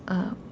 uh